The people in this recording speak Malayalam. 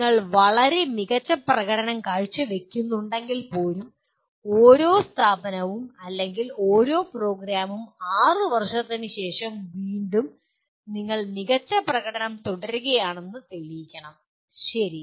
നിങ്ങൾ വളരെ മികച്ച പ്രകടനം കാഴ്ചവയ്ക്കുന്നുണ്ടെങ്കിൽപ്പോലും ഓരോ സ്ഥാപനവും അല്ലെങ്കിൽ ഓരോ പ്രോഗ്രാമും 6 വർഷത്തിനുശേഷം വീണ്ടും നിങ്ങൾ മികച്ച പ്രകടനം തുടരുകയാണെന്ന് തെളിയിക്കാണം ശരി